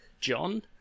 John